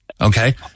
Okay